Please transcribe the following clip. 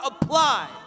apply